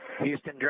houston,